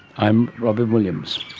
i'm robyn williams